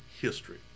history